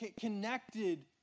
connected